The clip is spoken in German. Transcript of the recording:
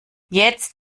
jetzt